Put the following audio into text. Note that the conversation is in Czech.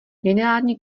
lineární